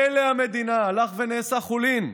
פלא המדינה הלך ונעשה חולין,